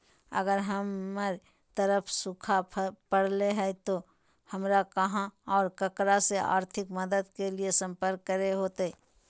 अगर हमर तरफ सुखा परले है तो, हमरा कहा और ककरा से आर्थिक मदद के लिए सम्पर्क करे होतय?